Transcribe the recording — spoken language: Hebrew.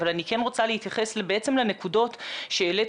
אבל אני כן רוצה להתייחס בעצם לנקודות שהעלית,